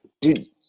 dude